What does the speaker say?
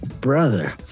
Brother